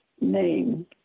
name